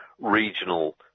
regional